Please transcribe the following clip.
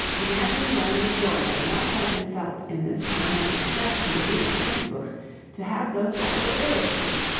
imagine then the joy that must have been felt in this time of the scarcity of even printed books to have those that were illustrated.